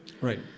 Right